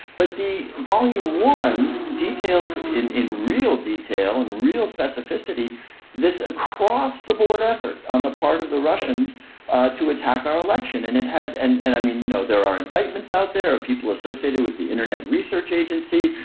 but the volume one details in in real detail and real specificity this across the board effort on the part of the russians to attack our election and it had. and and i mean you know there are indictments out there are people associated with the internet research agency.